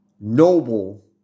noble